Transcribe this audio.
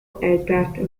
aircraft